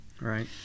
Right